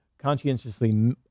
conscientiously